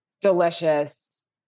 delicious